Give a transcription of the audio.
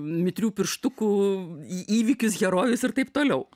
mitrių pirštukų į įvykius herojus ir taip toliau